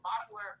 popular